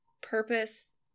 purpose